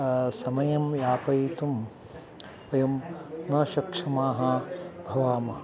समयं यापयितुं वयं न शक्षमाः भवामः